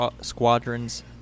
Squadrons